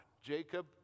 Jacob